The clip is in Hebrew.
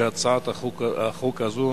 שהצעת החוק הזאת